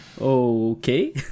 okay